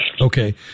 Okay